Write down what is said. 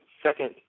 second